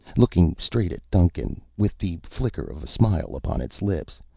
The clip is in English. looking straight at duncan, with the flicker of a smile upon its lips,